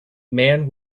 man